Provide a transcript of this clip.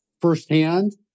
firsthand